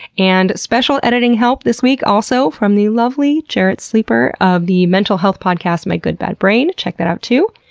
and special editing help this week also from the lovely jarrett sleeper of the mental health podcast my good bad brain. check that out, too.